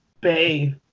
bay